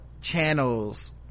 channels